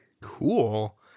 Cool